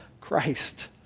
Christ